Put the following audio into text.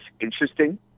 interesting